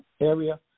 area